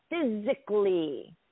physically